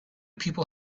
people